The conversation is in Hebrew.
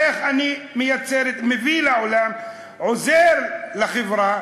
איך אני מייצר, מביא לעולם, עוזר לחברה,